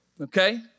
okay